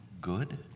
good